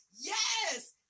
yes